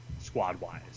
squad-wise